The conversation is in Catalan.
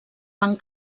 van